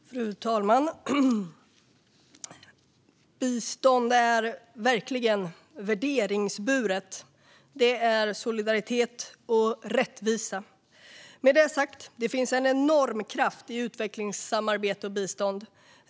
Fru talman! Bistånd är verkligen värderingsburet. Det är solidaritet och rättvisa. Med detta sagt finns det en enorm kraft i utvecklingssamarbete och bistånd.